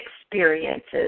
experiences